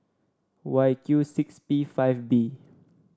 Y Q six P five B